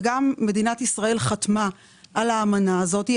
מדינת ישראל חתמה על האמנה הזאת,